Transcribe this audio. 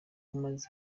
umaze